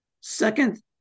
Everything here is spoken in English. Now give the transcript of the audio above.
Second